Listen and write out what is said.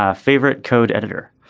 ah favorite code editor.